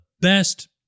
best